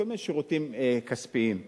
כל מיני שירותים כספיים.